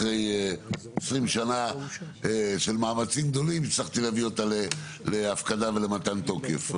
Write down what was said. אחרי 20 שנה של מאמצים גדולים הצלחתי להביא אותה להפקדה ולמתן תוקף.